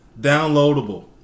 Downloadable